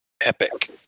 Epic